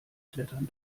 klettern